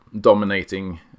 dominating